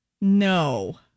No